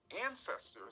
ancestors